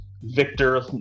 Victor